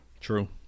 true